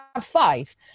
five